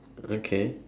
okay